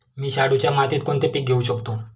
मी शाडूच्या मातीत कोणते पीक घेवू शकतो?